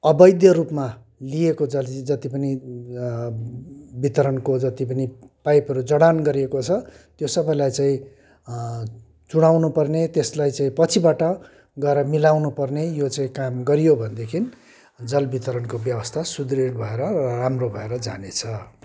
अवैध रूपमा लिइएको जल जति पनि वितरणको जति पनि पाइपहरू जडान गरिएको छ त्यो सबैलाई चाहिँ चुढाउनु पर्ने त्यसलाई चाहिँ पछिबाट गएर मिलाउनु पर्ने यो चाहिँ काम गरियो भनेदेखि जल वितरणको व्यवस्था सुदृढ भएर राम्रो भएर जानेछ